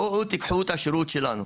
בואו תיקחו את השירות שלנו.